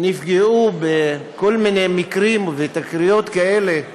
נפגעו אנשים בכל מיני מקרים, ותקריות כאלה ואחרות,